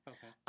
Okay